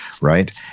right